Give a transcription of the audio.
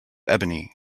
ebony